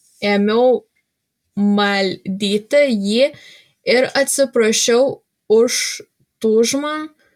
ėmiau maldyti jį ir atsiprašiau už tūžmą